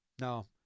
No